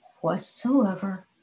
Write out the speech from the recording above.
whatsoever